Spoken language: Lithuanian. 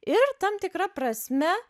ir tam tikra prasme